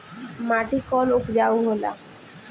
माटी कौन उपजाऊ होला?